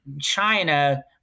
China